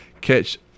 Catch